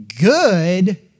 good